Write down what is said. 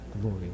Glory